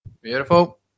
Beautiful